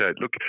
look